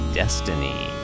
destiny